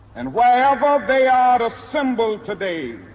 and wherever they are assembled today,